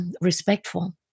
respectful